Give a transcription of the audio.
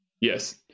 yes